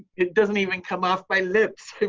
it doesn't even come off my lips,